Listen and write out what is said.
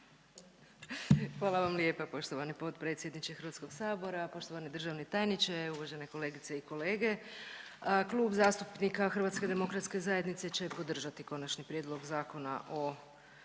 Hvala vam lijepa poštovani potpredsjedniče HS, poštovani državni tajniče, uvažene kolegice i kolege. Klub zastupnika HDZ-a će podržati Konačni prijedlog Zakona o